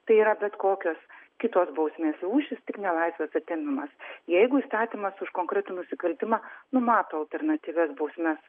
tai yra bet kokios kitos bausmės rūšys tik ne laisvės atėmimas jeigu įstatymas už konkretų nusikaltimą numato alternatyvias bausmes